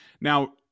Now